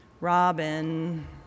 Robin